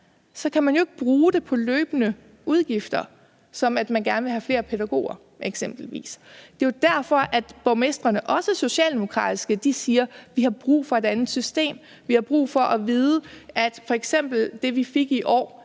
kan man ikke bruge det på løbende udgifter, som at man gerne vil have flere pædagoger eksempelvis. Det er jo derfor, borgmestrene, også socialdemokratiske, siger, at vi har brug for et andet system, at vi har brug for at vide, at det, vi f.eks. fik i år,